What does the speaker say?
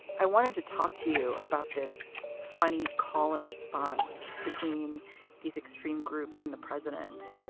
i wanted to talk to you about this funny call and response between these extreme groups and the president.